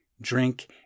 drink